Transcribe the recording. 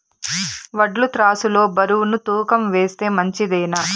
వడ్లు త్రాసు లో బరువును తూకం వేస్తే మంచిదేనా?